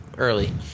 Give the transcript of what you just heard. Early